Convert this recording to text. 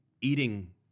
eating